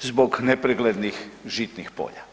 zbog nepreglednih žitnih polja.